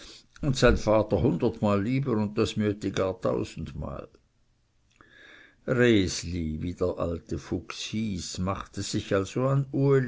und sein vater hundertmal lieber und das mütti gar tausendmal resli wie der alte fuchs hieß machte sich also an uli